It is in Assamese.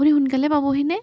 আপুনি সোনকালে পাবহি নে